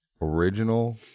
original